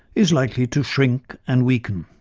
is likely to shrink and weaken.